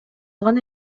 алган